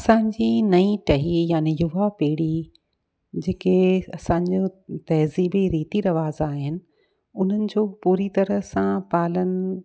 असांजी नई टही यानि युवा पीढ़ी जेके असांजो तहज़ीबी रीति रिवाज़ आहिनि उन्हनि जो पूरी तरह सां पालन